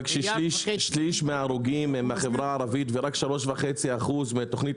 שליש מההרוגים הם מהחברה הערבית ורק 3.5% מהתוכנית